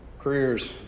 Careers